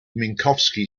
minkowski